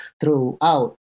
throughout